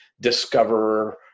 discoverer